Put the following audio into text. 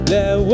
Let